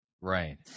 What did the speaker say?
Right